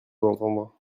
entendre